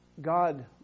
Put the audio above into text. God